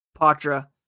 Patra